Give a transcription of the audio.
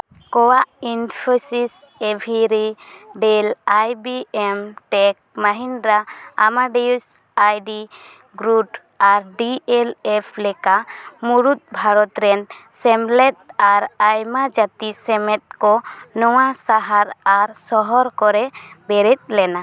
ᱠᱳᱣᱟᱜ Infosys ᱮᱵᱷᱤᱨᱤ Dell I B M Tech Mahindra Amadeus ᱟᱭᱰᱤ ᱜᱨᱩᱰ ᱟᱨ ᱰᱤ ᱮᱞ ᱮᱯᱷ ᱞᱮᱠᱟ ᱢᱩᱬᱩᱫ ᱵᱷᱟᱨᱚᱛ ᱨᱮᱱ ᱥᱮᱢᱞᱮᱫ ᱟᱨ ᱟᱭᱢᱟ ᱡᱟᱹᱛᱤ ᱥᱮᱢᱮᱛ ᱠᱚ ᱱᱚᱣᱟ ᱥᱟᱦᱟᱨ ᱟᱨ ᱥᱚᱦᱚᱨ ᱠᱚᱨᱮ ᱵᱮᱨᱮᱫ ᱞᱮᱱᱟ